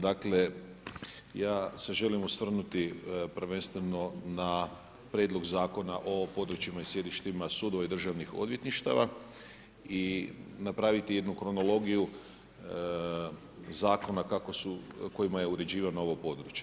Dakle, ja se želim osvrnuti prvenstveno na Prijedlog zakona o područjima i sjedištima sudova i Državnih odvjetništava i napraviti jednu kronologiju zakona kojima je uređivano ovo područje.